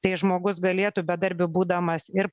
tai žmogus galėtų bedarbiu būdamas ir